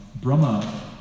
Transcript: Brahma